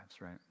right